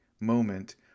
moment